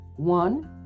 One